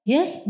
Yes